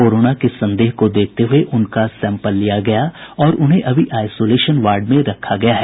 corona के संदेह को देखते हुये उनका सैम्पल लिया गया और उन्हें अभी आईसोलेशन वार्ड में रखा गया है